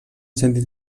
sentit